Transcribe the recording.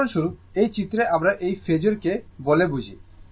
উদাহরণস্বরূপ এই চিত্রে আমরা এই ফেজোর কে বলে বুঝি